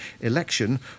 election